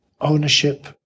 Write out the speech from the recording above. ownership